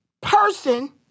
person